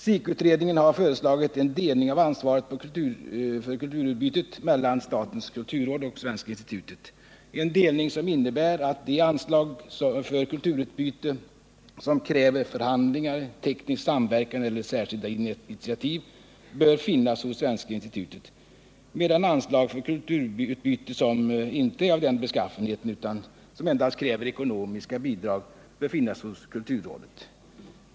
SIK-utredningen har föreslagit en delning av ansvaret för kulturutbytet mellan statens kulturråd och Svenska institutet, en delning som innebär att de anslag för kulturutbyte som kräver förhandlingar, teknisk samverkan eller särskilda initiativ bör finnas hos Svenska institutet, medan anslag för kulturutbyte som inte är av den beskaffenheten utan endast kräver ekonomiska bidrag, bör finnas hos kulturrådet.